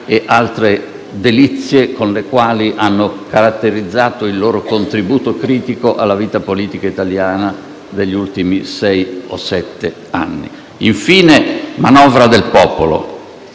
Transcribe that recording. e altre delizie con le quali hanno caratterizzato il loro contributo critico alla vita politica italiana degli ultimi sei o sette anni. Infine, a proposito